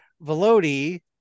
Velody